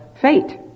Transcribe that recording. fate